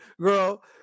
girl